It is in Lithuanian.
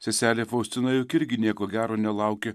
seselė faustina juk irgi nieko gero nelaukė